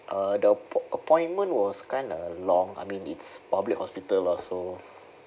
uh the appointment was kinda long I mean it's public hospital lah so